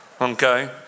okay